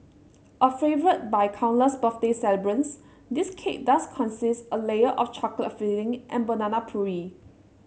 a favourite by countless birthday celebrants this cake does consist a layer of chocolate filling and banana puree